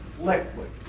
liquid